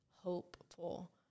hopeful